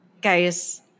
guys